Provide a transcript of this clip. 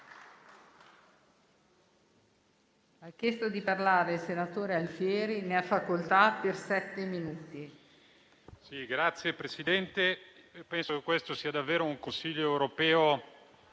Signor Presidente, penso che questo sia davvero un Consiglio europeo